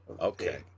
Okay